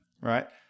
right